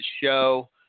show